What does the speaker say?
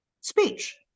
speech